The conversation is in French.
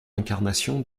incarnation